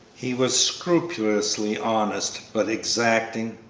he was scrupulously honest, but exacting,